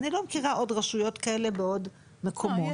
אני לא מכירה עוד רשויות כאלה בעוד מקומות.